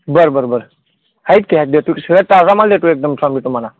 बरं बरं बरं आहेत की आहेत देतो की शिवाय ताजा माल देतो एकदम चांगले तुम्हाला